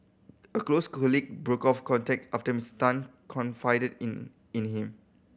a close colleague broke off contact after Mister Tan confided in in him